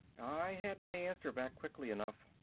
i had my answer back quickly enough,